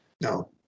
No